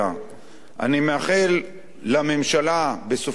אני מאחל לממשלה, בסופו של דבר,